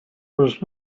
was